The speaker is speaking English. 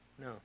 No